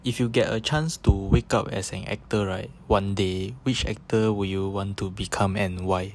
if you get a chance to wake up as an actor right one day which actor will you want to become and why